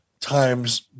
times